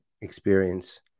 experience